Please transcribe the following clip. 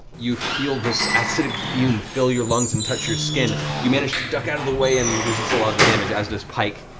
you feel this acidic fume fill your lungs and touch your skin. you manage to duck out of the way and resist a lot of the damage, as does pike,